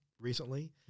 recently